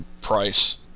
Price